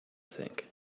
think